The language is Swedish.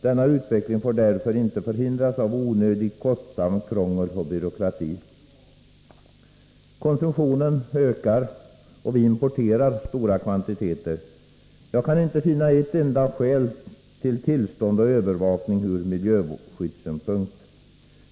Denna utveckling får inte förhindras av onödigt kostsamt krångel och byråkrati. Konsumtionen ökar, och vi importerar stora kvantiteter. Jag kan inte finna ett enda skäl till tillståndsgivning och övervakning ur miljöskyddssynpunkt.